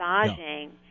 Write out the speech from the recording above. massaging